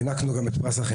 גם הענקנו את פרס החינוך.